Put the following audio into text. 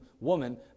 woman